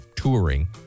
touring